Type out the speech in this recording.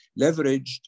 leveraged